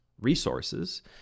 resources